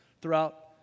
throughout